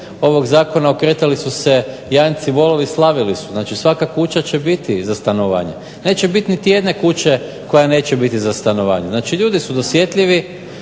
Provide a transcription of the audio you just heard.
ovog zakona okretali su se janjci i volovi, slavili su. Znači svaka kuća će biti za stanovanje. Neće biti niti jedne kuće koja neće biti za stanovanje. Znači, ljudi su dosjetljivi,